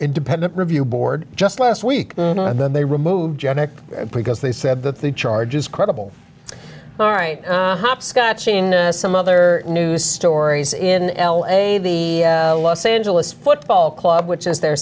independent review board just last week and then they removed genic because they said that the charge is credible all right hopscotching some other news stories in l a the los angeles football club which is their